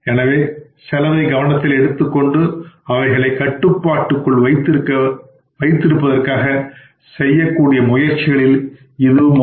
எனவே செலவை கவனத்தில் எடுத்துக்கொண்டு அவைகளை கட்டுப்பாட்டுக்குள் வைத்திருப்பதற்காக செய்யக்கூடிய முயற்சிகளில் இதுவும் ஒன்று